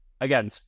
again